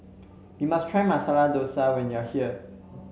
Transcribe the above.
you must try Masala Dosa when you are here